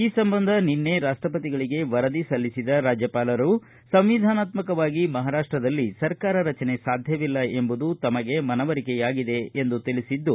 ಈ ಸಂಬಂಧ ನಿನ್ನೆ ರಾಷ್ವಪತಿಗಳಿಗೆ ವರದಿ ಸಲ್ಲಿಸಿದ ರಾಜ್ವಪಾಲರು ಸಂವಿಧಾನತ್ಕಕವಾಗಿ ಮಹಾರಾಷ್ವದಲ್ಲಿ ಸರ್ಕಾರ ರಚನೆ ಸಾಧ್ಯವಿಲ್ಲ ಎಂಬುದು ತಮಗೆ ಮನವರಿಕೆಯಾಗಿದೆ ಎಂದು ತಿಳಿಬದ್ಲು